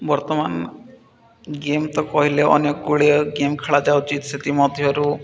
ବର୍ତ୍ତମାନ ଗେମ୍ ତ କହିଲେ ଅନେକ ଗୁଡ଼ିଏ ଗେମ୍ ଖେଳାଯାଉଛି ସେଥିମଧ୍ୟରୁ